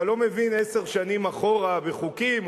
אתה לא מבין עשר שנים אחורה בחוקים,